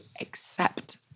accept